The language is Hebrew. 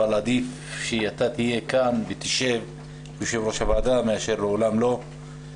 אבל עדיף שאתה תהיה כאן ותשב יושב-ראש הוועדה מאשר לעולם לא.